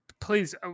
please